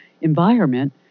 environment